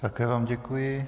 Také vám děkuji.